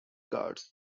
guards